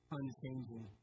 unchanging